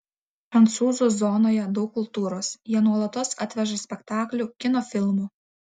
prancūzų zonoje daug kultūros jie nuolatos atveža spektaklių kino filmų